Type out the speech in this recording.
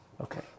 Okay